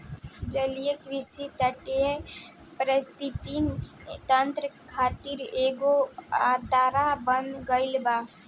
जलीय कृषि तटीय परिस्थितिक तंत्र खातिर एगो खतरा बन गईल बा